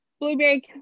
blueberry